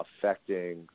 affecting